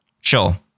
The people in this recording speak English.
Sure